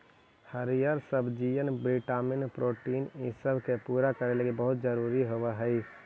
हरीअर सब्जियन vitamin protein ईसब के पूरा करे लागी बहुत जरूरी होब हई